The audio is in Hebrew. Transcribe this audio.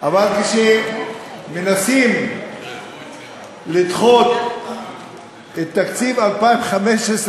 אבל כשמנסים לדחות את תקציב 2015,